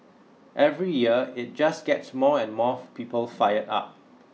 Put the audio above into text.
every year it just gets more and more people fired up